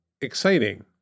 exciting